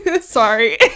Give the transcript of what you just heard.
sorry